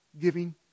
giving